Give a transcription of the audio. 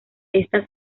esta